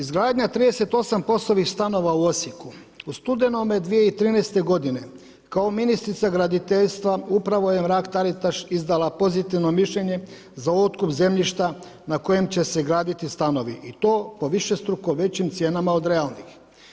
Izgradnja 38 POS-ovih stanova u Osijeku, u studenome 2013. godine kao ministrica graditeljstva, upravo je Mrak-Taritaš izdala pozitivno mišljenje za otkup zemljišta na kojem će se graditi stanovi i to po višestruko većim cijenama od realnih.